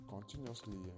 Continuously